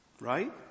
Right